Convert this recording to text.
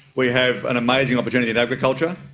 we have an amazing opportunity in agriculture.